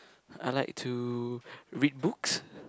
I like to read books